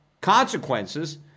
consequences